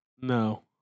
No